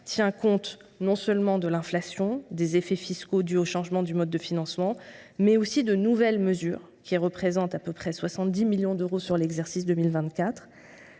tient compte non seulement de l’inflation et des conséquences de la fiscalité liées au changement du mode de financement, mais aussi de nouvelles mesures, qui représentent à peu près 70 millions d’euros sur l’exercice 2024.